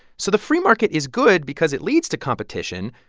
so the free market is good because it leads to competition.